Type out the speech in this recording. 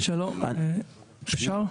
עכשיו,